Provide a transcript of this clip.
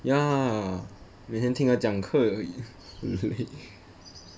ya 每天听他讲课而已